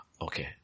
Okay